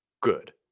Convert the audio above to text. good